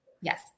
Yes